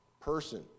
person